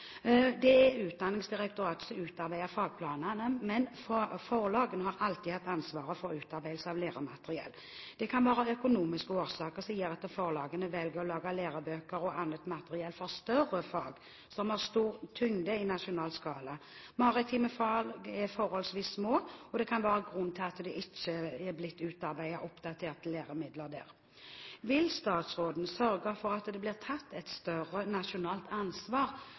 Det er Utdanningsdirektoratet som utarbeider fagplanene, men forlagene har alltid hatt ansvaret for utarbeidelse av læremateriell. Det kan være økonomiske årsaker som gjør at forlagene velger å lage lærebøker og annet materiell for større fag som har stor tyngde i nasjonal skala. Maritime fag er forholdsvis små, og det kan være grunnen til at det ikke er blitt utarbeidet oppdaterte læremidler der. Vil statsråden sørge for at det blir tatt et større nasjonalt ansvar